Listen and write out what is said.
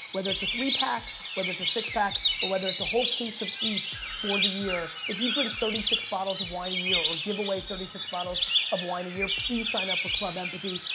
whether it's a three pack, whether it's a six pack, or whether it's a whole case of each for the year, if you drink thirty six bottles of wine a year or give away thirty six bottles of wine a year, please sign up for club empathy.